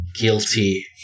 guilty